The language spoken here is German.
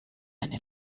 eine